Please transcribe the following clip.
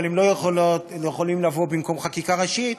אבל הם לא יכולים לבוא במקום חקיקה ראשית.